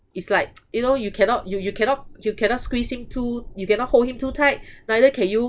it's like you know you cannot you you cannot you cannot squeeze him too you cannot hold him too tight neither can you